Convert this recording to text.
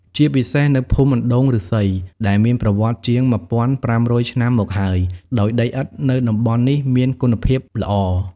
ជាពិសេសនៅភូមិអណ្ដូងឫស្សី ដែលមានប្រវត្តិជាង ១,៥០០ ឆ្នាំមកហើយ ដោយដីឥដ្ឋនៅតំបន់នេះមានគុណភាពល្អ។